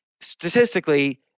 statistically